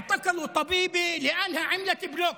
שעצרו רופאה כי היא עשתה בלוק.)